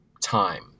time